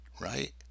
right